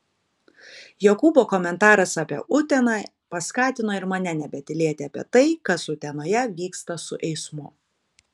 jokūbo komentaras apie uteną paskatino ir mane nebetylėti apie tai kas vyksta utenoje su eismu